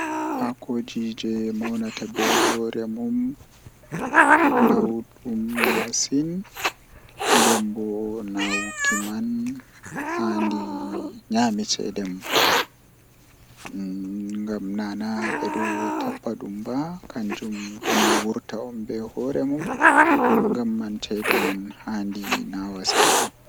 No defirta nyamdu jei mi buri yidugo, Arandewol kam awada ndiyam haa fande to ndiyam man dolli ahoosa marori alallita maroori man laaba sei awaila haa nder man to awaili marori ma haa nder nden a acca dum neeba sedda haa marori man yarda ndiyam man sei amemma anana to bendi sei ajippina.